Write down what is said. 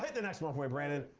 the next one for me, brandon.